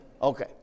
Okay